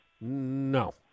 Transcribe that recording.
No